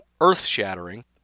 earth-shattering